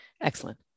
Excellent